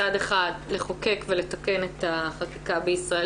מצד אחד לחוקק ולתקן את החקיקה בישראל,